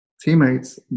teammates